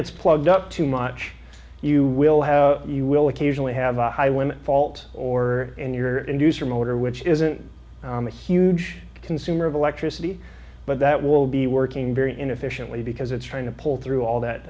gets plugged up too much you will have you will occasionally have a high when fault or in your inducer motor which isn't a huge consumer of electricity but that will be working very inefficiently because it's trying to pull through all that